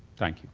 thank you.